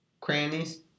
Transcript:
crannies